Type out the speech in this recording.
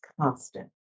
constant